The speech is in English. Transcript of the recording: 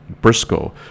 Briscoe